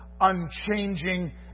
unchanging